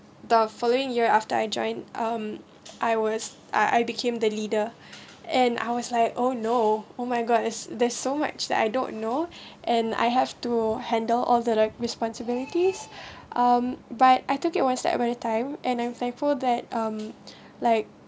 the following year after I joined um I was I I became the leader and I was like oh no oh my god there's there's so much that I don't know and I have to handle all the re~ responsibilities um but I took it one step about a time and I'm thankful that um like